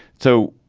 so,